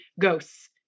ghosts